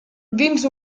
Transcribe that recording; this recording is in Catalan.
dins